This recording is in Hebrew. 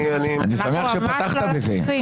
אני שמח שפתחת בזה.